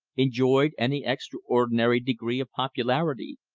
enjoyed any extraordinary degree of popularity.